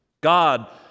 God